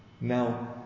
Now